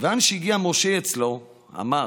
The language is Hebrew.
כיוון שהגיע משה אצלו, אמר: